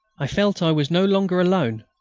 i felt i was no longer alone,